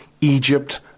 Egypt